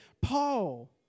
Paul